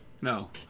No